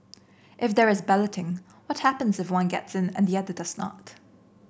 if there is balloting what happens if one gets in and the other does not